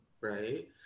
right